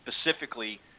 specifically